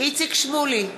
איציק שמולי,